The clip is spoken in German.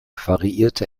variierte